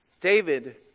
David